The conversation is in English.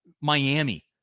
Miami